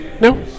no